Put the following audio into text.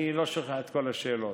אני לא שוכח את כל השאלות,